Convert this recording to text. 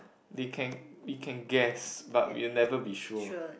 they can they can guess but you can never be sure